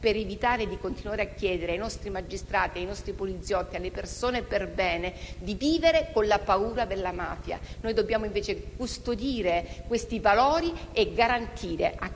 per evitare di continuare a chiedere ai nostri magistrati, ai nostri poliziotti, alle persone perbene di vivere con la paura della mafia. Noi dobbiamo invece custodire questi valori e garantire a